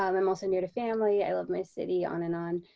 um i'm also near to family. i love my city on and on.